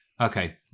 Okay